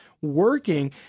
working